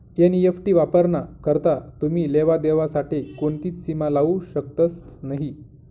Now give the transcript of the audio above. NEFT वापराना करता तुमी लेवा देवा साठे कोणतीच सीमा लावू शकतस नही